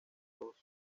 dos